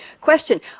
question